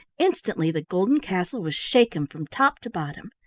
instantly the golden castle was shaken from top to bottom,